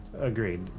Agreed